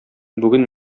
бүген